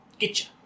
Getcha